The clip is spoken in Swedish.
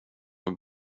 vill